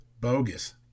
bogus